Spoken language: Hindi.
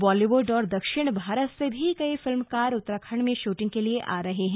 बॉलीवुड और दक्षिण भारत से भी कई फिल्मकार उत्तराखंड में शूटिंग के लिए आ रहे है